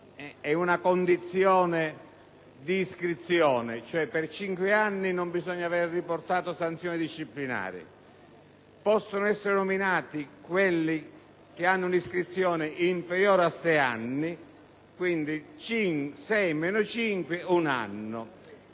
una condizione di iscrizione, perché per cinque anni non bisogna avere riportato sanzioni disciplinari; possono essere nominati quelli che hanno una iscrizione inferiore a sei anni; sei anni meno cinque fa un anno.